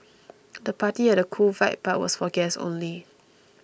the party had a cool vibe but was for guests only